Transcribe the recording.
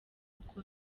uko